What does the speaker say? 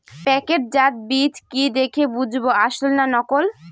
প্যাকেটজাত বীজ কি দেখে বুঝব আসল না নকল?